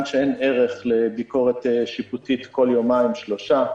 שאין ערך לביקורת שיפוטית כל יומיים-שלושה.